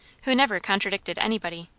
who never contradicted anybody.